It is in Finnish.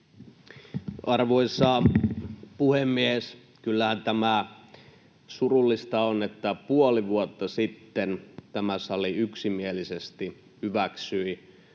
Arvoisa puhemies! Kyllähän tämä surullista on, että puoli vuotta sitten tämä sali yksimielisesti hyväksyi